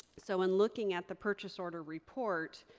so in looking at the purchase order report,